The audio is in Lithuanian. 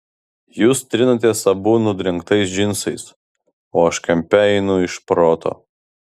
jūs trinatės abu nudrengtais džinsais o aš kampe einu iš proto